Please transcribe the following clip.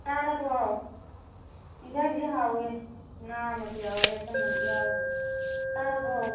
ꯆꯥꯔꯕꯣ ꯌꯦꯟꯖꯥꯡꯗꯤ ꯍꯥꯎꯋꯤ ꯉꯥ ꯑꯃꯁꯨ ꯌꯥꯎꯔꯦ ꯑꯆꯝꯕ ꯑꯃꯁꯨ ꯌꯥꯎꯔꯦ ꯆꯥꯔꯕꯣ